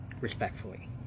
respectfully